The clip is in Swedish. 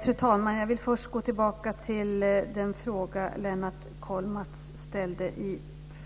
Fru talman! Jag vill gå tillbaka till den fråga som Lennart Kollmats ställde i